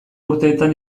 urteetan